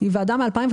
היא ועדה מ-2015.